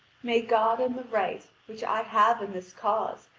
may god and the right, which i have in this cause,